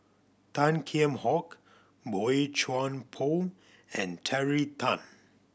Tan Kheam Hock Boey Chuan Poh and Terry Tan